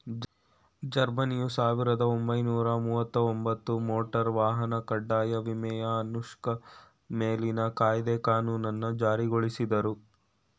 ಜರ್ಮನಿಯು ಸಾವಿರದ ಒಂಬೈನೂರ ಮುವತ್ತಒಂಬತ್ತು ಮೋಟಾರ್ ವಾಹನ ಕಡ್ಡಾಯ ವಿಮೆಯ ಅನುಷ್ಠಾ ಮೇಲಿನ ಕಾಯ್ದೆ ಕಾನೂನನ್ನ ಜಾರಿಗೊಳಿಸುದ್ರು